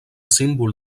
símbol